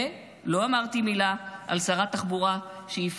ולא אמרתי מילה על שרת התחבורה,